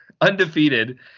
undefeated